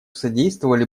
содействовали